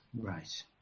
Right